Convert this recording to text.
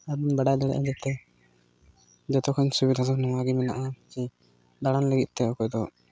ᱤᱧ ᱵᱟᱲᱟᱭ ᱫᱟᱲᱮᱭᱟᱜᱼᱟᱹᱧ ᱡᱟᱛᱮ ᱡᱚᱛᱚ ᱠᱷᱚᱱ ᱥᱩᱵᱤᱫᱷᱟ ᱫᱚ ᱱᱚᱣᱟ ᱜᱮ ᱢᱮᱱᱟᱜᱼᱟ ᱡᱮ ᱫᱟᱬᱟᱱ ᱞᱟᱹᱜᱤᱫ ᱛᱮ ᱚᱠᱚᱭ ᱫᱚ